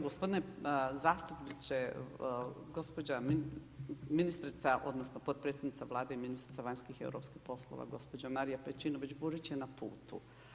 Gospodine zastupniče, gospođa ministrica, odnosno potpredsjednica Vlade i ministrica vanjskih i europskih poslova gospođa Marija Pejčinović Burić je na putu.